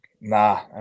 Nah